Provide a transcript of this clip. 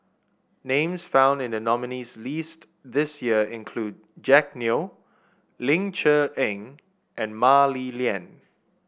names found in the nominees' list this year include Jack Neo Ling Cher Eng and Mah Li Lian